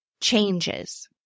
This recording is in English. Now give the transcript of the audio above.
changes